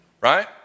right